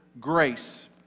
grace